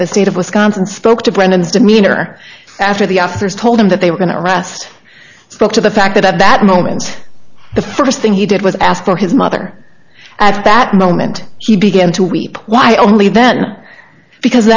for the state of wisconsin spoke to brennan's demeanor after the officers told him that they were going to arrest spoke to the fact that at that moment the first thing he did was ask for his mother at that moment he began to weep why only then because